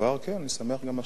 אדוני היושב-ראש,